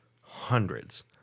hundreds